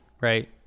right